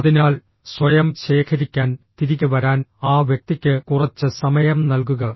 അതിനാൽ സ്വയം ശേഖരിക്കാൻ തിരികെ വരാൻ ആ വ്യക്തിക്ക് കുറച്ച് സമയം നൽകുക